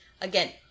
again